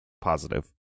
positive